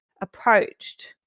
approached